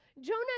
Jonah